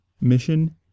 mission